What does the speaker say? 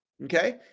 Okay